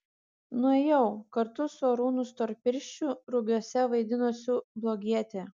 nuėjau kartu su arūnu storpirščiu rugiuose vaidinusiu blogietį